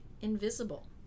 invisible